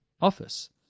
Office